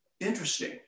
interesting